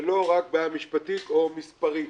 ולא רק בעיה משפטית או מספרית.